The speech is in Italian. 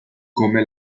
come